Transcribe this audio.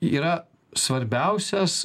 yra svarbiausias